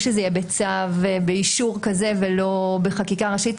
שזה יהיה בצו באישור כזה ולא בחקיקה ראשית?